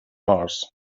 mars